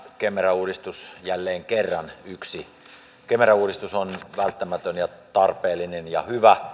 kemera uudistus jälleen kerran yksi uudistus on välttämätön ja tarpeellinen ja hyvä ja se